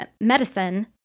Medicine